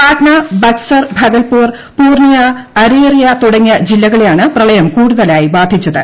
പാറ്റ്ന ബക്സർ ഭഗൽപൂർ പൂർണിയ അരേറിയ തുടങ്ങിയ ജില്ലകളെയാണ് പ്രളയം കൂടുതലായി ബാധിച്ചത്